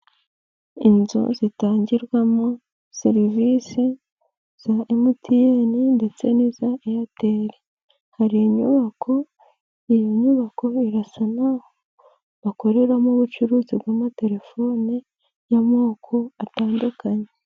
Inzu zitangirwamo serivisi za MTN ndetse n'iza Airtel. Hari inyubako iyo nyubako isa n'aho bakoreramo ubucuruzi bw'amatelefone y'amoko atandukanye.